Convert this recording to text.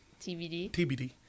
TBD